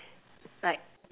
like